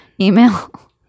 email